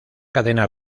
cadena